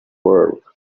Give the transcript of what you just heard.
world